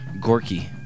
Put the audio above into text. Gorky